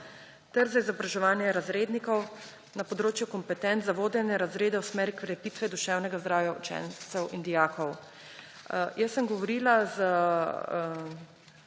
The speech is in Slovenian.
ter za izobraževanje razrednikov na področju kompetenc za vodenje razredov v smeri krepitve duševnega zdravja učencev in dijakov. Govorila